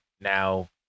now